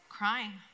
crying